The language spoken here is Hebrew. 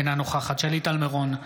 אינה נוכחת שלי טל מירון,